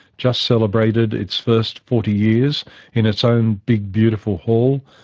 just celebrated its first forty years in its own big beautiful hall,